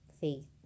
faith